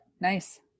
Nice